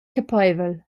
capeivel